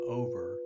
over